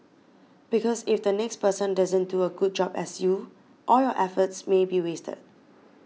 because if the next person doesn't do a good job as you all your efforts may be wasted